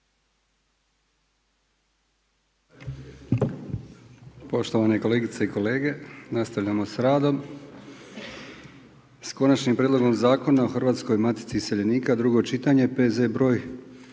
Poštovane kolegice i kolege nastavljamo s radom s: - Konačni prijedlog Zakona o Hrvatskoj matici iseljenika, drugo čitanje, P.Z. br.